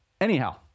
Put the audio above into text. anyhow